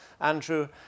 Andrew